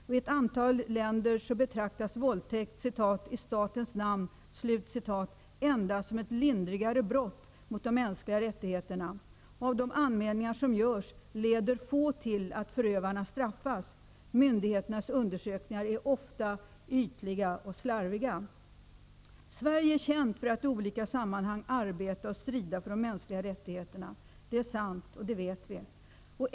I ett antal länder betraktas våldtäkt ''i statens namn'' endast som ett lindrigare brott mot de mänskliga rättigheterna. Av de anmälningar som görs är det få som leder till att förövarna straffas. Myndigheternas undersökningar är ofta ytliga och slarviga. Sverige är känt för att i olika sammanhang arbeta och strida för de mänskliga rättigheterna -- det är sant och det vet vi.